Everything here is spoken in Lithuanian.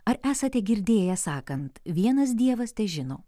ar esate girdėję sakant vienas dievas težino